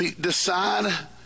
decide